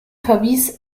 verwies